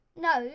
No